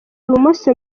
ibumoso